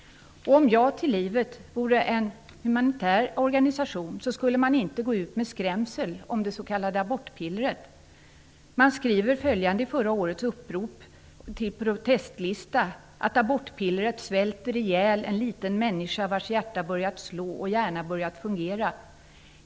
Om Ja till livet vore en humanitär organisation skulle man inte gå ut med skrämsel om det s.k. abortpillret. Man skriver i förra årets upprop till protestlista att abortpillret svälter ihjäl en liten människa vars hjärta har börjat att slå och hjärna har börjat att fungera.